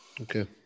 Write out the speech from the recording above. Okay